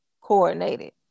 coordinated